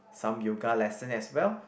some yoga lesson as well